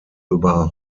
über